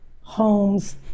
homes